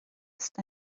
ist